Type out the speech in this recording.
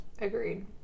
agreed